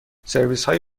سرویسهای